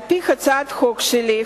על-פי הצעת החוק שלי,